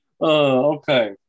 Okay